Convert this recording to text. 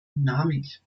dynamik